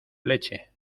leche